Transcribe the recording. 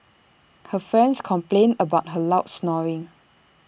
her friends complained about her loud snoring